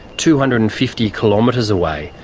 two hundred and fifty kilometres away,